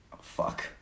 Fuck